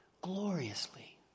gloriously